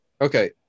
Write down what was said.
Okay